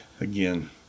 again